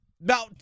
Now